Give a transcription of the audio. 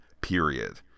period